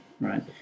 right